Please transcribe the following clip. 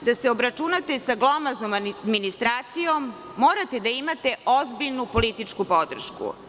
da se obračunate za glomaznom administracijom, morate da imate ozbiljnu političku podršku.